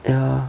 ya